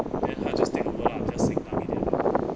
then 他 just take over lah just senkang 一点